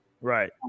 right